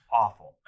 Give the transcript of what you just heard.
awful